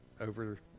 over